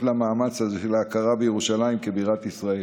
למאמץ הזה של ההכרה בירושלים כבירת ישראל.